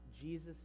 Jesus